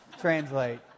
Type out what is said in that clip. translate